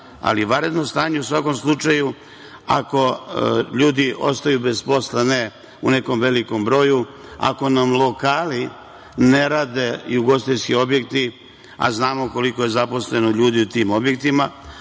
ali vanredno stanje u svakom slučaju ako ljudi ostaju bez posla, ne u nekom velikom broju, ako nam lokali ne rade i u ugostiteljski objekti, a znamo koliko je zaposlenih ljudi u tim objektima,